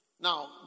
Now